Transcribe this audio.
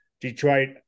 Detroit